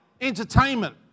entertainment